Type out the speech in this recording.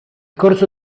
corso